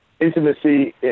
intimacy